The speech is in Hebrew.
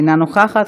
אינה נוכחת.